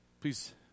Please